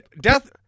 Death